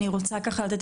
אני רוצה לתת